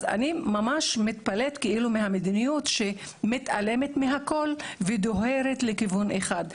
אז אני ממש מתפלאת מהמדיניות שמתעלמת מהכל ודוהרת לכיוון אחד,